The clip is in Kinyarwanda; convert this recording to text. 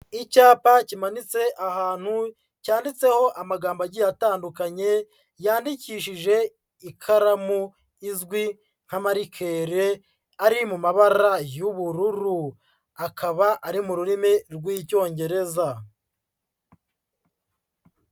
Icyapa kimanitse ahantu cyanditseho amagambo agiye atandukanye yandikishije ikaramu izwi nka marikere ari mu mabara y'ubururu, akaba ari mu rurimi rw'Icyongereza.